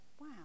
Wow